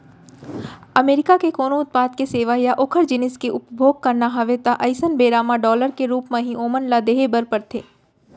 अमरीका के कोनो उत्पाद के सेवा या ओखर जिनिस के उपभोग करना हवय ता अइसन बेरा म डॉलर के रुप म ही ओमन ल देहे बर परथे